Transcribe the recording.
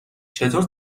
چطور